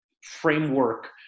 framework